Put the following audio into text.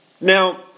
Now